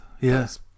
yes